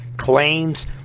claims